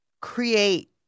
create